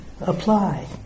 apply